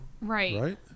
Right